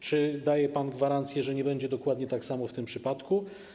Czy daje pan gwarancję, że nie będzie dokładnie tak samo w tym przypadku?